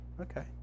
Okay